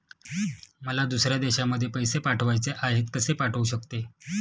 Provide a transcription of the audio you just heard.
मला दुसऱ्या देशामध्ये पैसे पाठवायचे आहेत कसे पाठवू शकते?